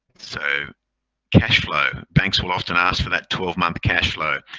so cashflow, banks will often ask for that twelve month cashflow.